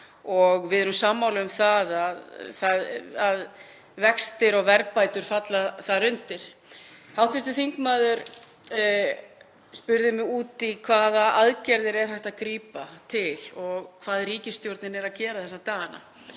og við erum sammála um það að vextir og verðbætur falla þar undir. Hv. þingmaður spurði mig út í hvaða aðgerðir er hægt að grípa til og hvað ríkisstjórnin er að gera þessa dagana.